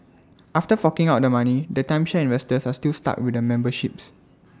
after forking out the money the timeshare investors are still stuck with the memberships